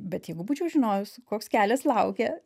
bet jeigu būčiau žinojus koks kelias laukia